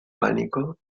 pánico